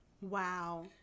Wow